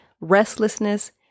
restlessness